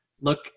look